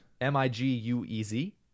M-I-G-U-E-Z